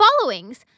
followings